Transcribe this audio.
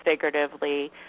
figuratively